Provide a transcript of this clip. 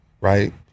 Right